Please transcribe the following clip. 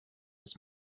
his